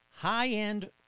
High-end